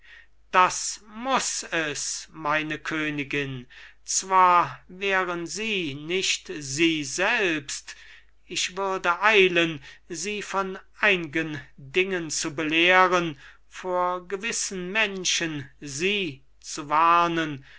das muß es meine königin zwar wären sie nicht sie selbst ich würde eilen sie von eingen dingen zu belehren vor gewissen menschen sie zu warnen